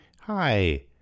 Hi